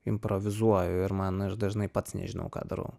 improvizuoju ir man ir dažnai pats nežinau ką darau